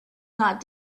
not